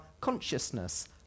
consciousness